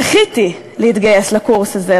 זכיתי להתגייס לקורס הזה.